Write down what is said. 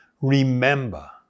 remember